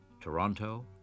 Toronto